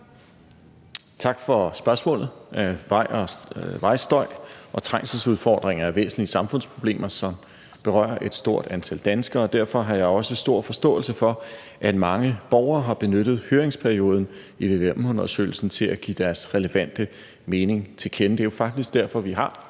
Tak for spørgsmålet. Vejstøj og trængselsudfordringer er væsentlige samfundsproblemer, som berører et stort antal danskere. Derfor har jeg også stor forståelse for, at mange borgere har benyttet høringsperioden i vvm-undersøgelsen til at give deres relevante mening til kende. Det er jo faktisk derfor, vi har